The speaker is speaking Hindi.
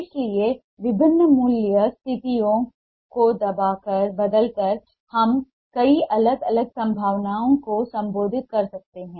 इसलिए विभिन्न मूल्य स्थितियों को बदलकर हम कई अलग अलग संभावनाओं को संबोधित कर सकते हैं